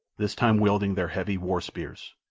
this time wielding their heavy war-spears.